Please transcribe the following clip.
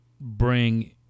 bring